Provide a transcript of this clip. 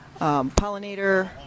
Pollinator